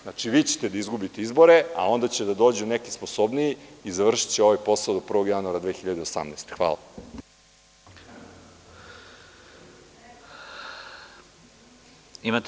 Znači, vi ćete da izgubite izbore, a onda će da dođu neki sposobniji i završiće ovaj posao do 1. januara 2018. godine.